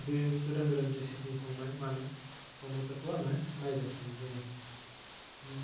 बे गोदान गोदान रेसिपि संनाय मानाय खावनायफोरखौ नायबाय थानाय जायो